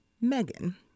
Megan